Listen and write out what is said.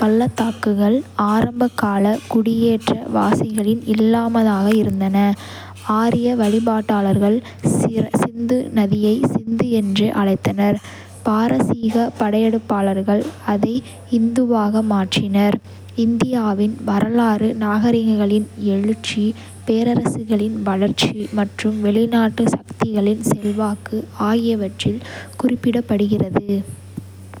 பள்ளத்தாக்குகள் ஆரம்பகால குடியேற்றவாசிகளின் இல்லமாக இருந்தன. ஆரிய வழிபாட்டாளர்கள் சிந்து நதியை சிந்து என்று அழைத்தனர். பாரசீக படையெடுப்பாளர்கள் அதை இந்துவாக மாற்றினர். இந்தியாவின் வரலாறு நாகரிகங்களின் எழுச்சி, பேரரசுகளின் வளர்ச்சி மற்றும் வெளிநாட்டு சக்திகளின் செல்வாக்கு ஆகியவற்றால் குறிக்கப்படுகிறது.